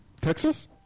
Texas